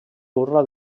burla